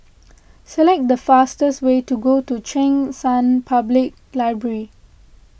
select the fastest way to go to Cheng San Public Library